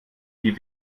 die